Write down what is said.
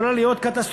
יכולה להיות קטסטרופה.